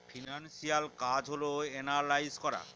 financial কাজ হল analyse করা